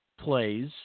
plays